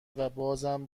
وبازم